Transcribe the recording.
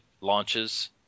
launches